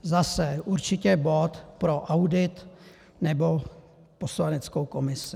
Zase, určitě bod pro audit nebo poslaneckou komisi.